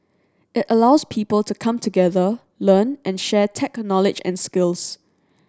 it allows people to come together learn and share tech knowledge and skills